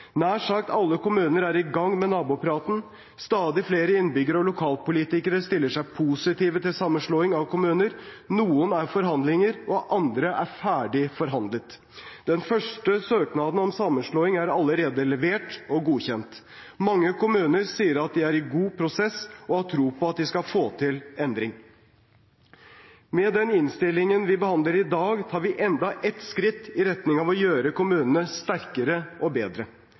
Nær sagt alle kommuner er i gang med nabopraten. Stadig flere innbyggere og lokalpolitikere stiller seg positive til sammenslåing av kommuner. Noen er i forhandlinger, andre er ferdig forhandlet. Den første søknaden om sammenslåing er allerede levert og godkjent. Mange kommuner sier at de er i god prosess og har tro på at de skal få til endring. Med den innstillingen vi behandler i dag, tar vi enda ett skritt i retning av å gjøre kommunene sterkere og bedre.